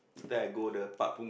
then I go the pub